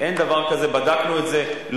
מאחר שברכיבה על אופניים גלומה תועלת חברתית רבה,